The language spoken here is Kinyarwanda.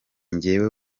nge